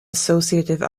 associative